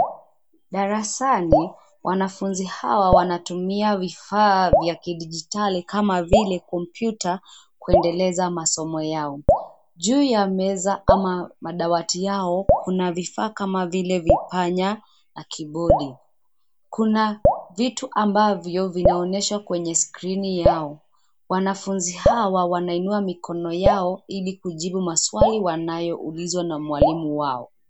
Darasani, wanafunzi hawa wanatumia vifaa vya kidijitali kama vile kompyuta, kuendeleza masomo yao. Juu ya meza ama madawati hayo kuna vifaa kama vile vipanya na kibodi. Kuna vitu ambavyo vinaonyesha kwenye skrini yao. Wanafunzi hawa wanainua mikono yao ili kujibu maswali wanayo ulizwa na mwalimu wao.